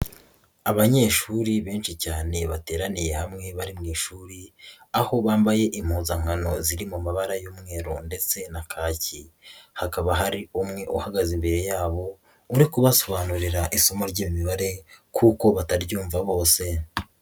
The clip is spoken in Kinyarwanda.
Abanyeshuri benshi cyane bateraniye hamwe bari mu ishuri, aho bambaye impuzankano ziri mu mabara y'umweru ndetse na kaki, hakaba hari umwe uhagaze imbere yabo uri kubasobanurira isomo ry'imibare kuko bataryumva bose.